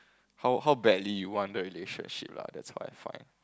how how badly you want the relationship lah that's what I find